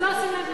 אז לא עושים להם